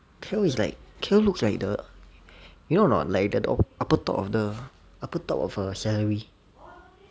kale is like kale looks like the you know or not like the upper top of the upper top of a celery